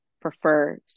prefer